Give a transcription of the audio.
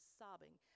sobbing